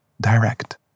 direct